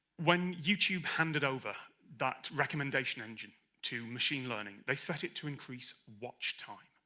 when youtube handed over that recommendation engine to machine learning, they set it to increase watch time.